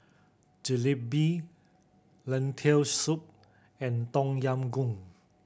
Jalebi Lentil Soup and Tom Yam Goong